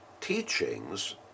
teachings